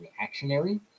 reactionary